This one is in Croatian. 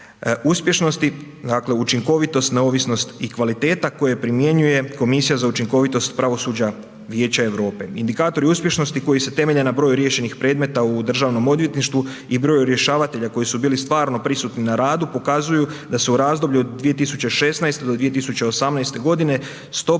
uspješnosti, dakle učinkovitost, neovisnost i kvaliteta koje primjenjuje komisija za učinkovitost pravosuđa Vijeća Europe. Indikatori uspješnosti koji se temelje na broju riješenih predmeta u državnom odvjetništvu i broju rješavatelja koji su bili stvarno prisutni na radu pokazuju da se u razdoblju od 2016. do 2018. godine